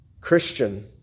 Christian